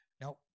Now